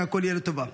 שהכול יהיה לטובה.